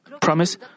promise